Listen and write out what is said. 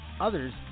others